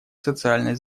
социальной